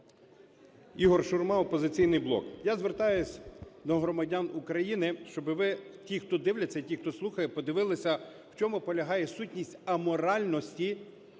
Ігор Шурма, "Опозиційний блок". Я звертаюсь до громадян України, щоби ви, ті, хто дивляться, і ті, хто слухає, подивилися, в чому полягає сутність аморальності